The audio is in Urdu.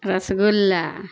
رس گلا